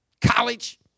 college